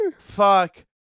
Fuck